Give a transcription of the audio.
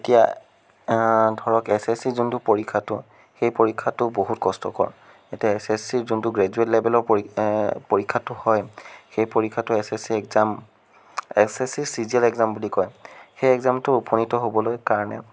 এতিয়া ধৰক S S চিৰ যোনটো পৰীক্ষাটো সেই পৰীক্ষাটো বহুত কষ্টকৰ এতিয়া এছ এছ চিৰ যোনটো গ্ৰেজুৱেট লেভেলৰ পৰীক্ষা পৰীক্ষাটো হয় সেই পৰীক্ষাটো S S C exam S S C C G L exam বুলি কয় সেই এক্সামটোত উপনীত হ'বলৈ কাৰণে